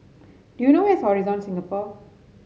do you know where is Horizon Singapore